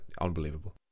unbelievable